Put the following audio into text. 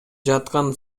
жаткан